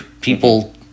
people